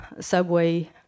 subway